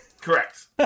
Correct